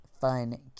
fun